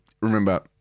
remember